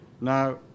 Now